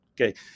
okay